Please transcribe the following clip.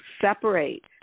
separate